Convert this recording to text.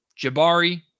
Jabari